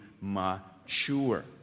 mature